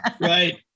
right